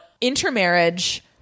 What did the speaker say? intermarriage